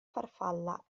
farfalla